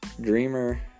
Dreamer